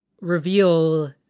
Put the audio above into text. reveal